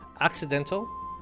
accidental